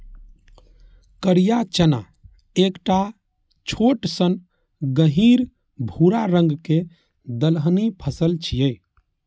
करिया चना एकटा छोट सन गहींर भूरा रंग के दलहनी फसल छियै